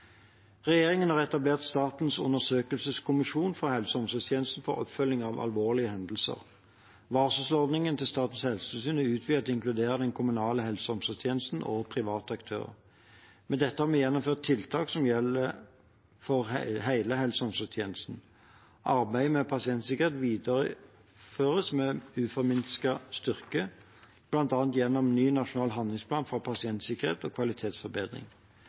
Regjeringen har etablert Statens undersøkelseskommisjon for helse- og omsorgstjenesten for oppfølging av alvorlige hendelser. Varselordningen til Statens helsetilsyn er utvidet til å inkludere den kommunale helse- og omsorgstjenesten og private aktører. Med dette har vi gjennomført tiltak som gjelder for hele helse- og omsorgstjenesten. Arbeidet med pasientsikkerhet videreføres med uforminsket styrke, bl.a. gjennom ny nasjonal handlingsplan for pasientsikkerhet og kvalitetsforbedring.